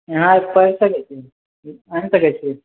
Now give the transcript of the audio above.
इहाँ आइके पढ़ि सकइ छी की आनि सकइ छी